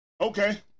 Okay